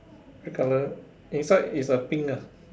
red color inside is a pink ah